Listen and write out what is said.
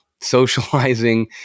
socializing